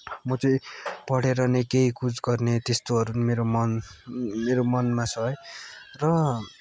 म चाहिँ पढेर नै केही कुछ गर्ने त्यस्तोहरू पनि मेरो मन मेरो मनमा छ है र